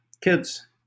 kids